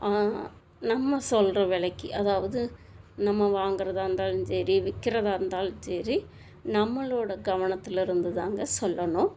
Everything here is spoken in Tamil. நம்ம சொல்கிற வி லைக்கி அதாவது நம்ம வாங்கறதாக இருந்தாலும் சரி விற்கிறதாக இருந்தாலும் சரி நம்மளோடய கவனத்தில் இருந்து தாங்க சொல்லணும்